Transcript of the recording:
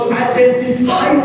identify